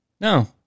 no